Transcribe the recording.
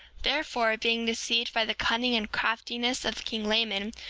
therefore being deceived by the cunning and craftiness of king laman,